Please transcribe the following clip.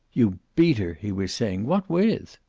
you beat her! he was saying. what with?